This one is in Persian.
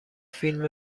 فیلم